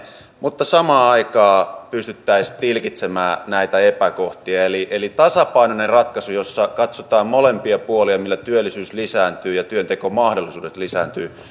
mutta samaan aikaan pystyttäisiin tilkitsemään näitä epäkohtia eli eli tasapainoinen ratkaisu jossa katsotaan molempia puolia millä työllisyys ja työntekomahdollisuudet lisääntyvät